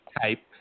type